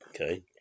okay